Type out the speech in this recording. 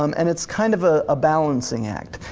um and it's kind of a ah balancing act.